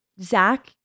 Zach